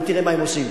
ותראה מה הם עושים.